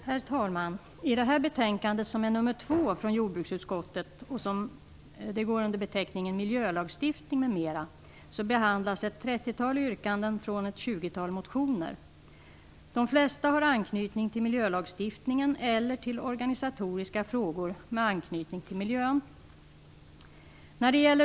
Herr talman! I betänkande nr 2 från jordbruksutskottet med beteckningen Miljölagstiftning m.m. behandlas ett trettiotal yrkanden från ett tjugotal motioner. De flesta har anknytning till miljölagstiftningen eller till organisatoriska frågor som har samband med miljön.